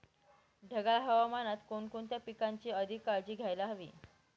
ढगाळ हवामानात कोणकोणत्या पिकांची अधिक काळजी घ्यायला हवी?